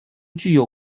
具有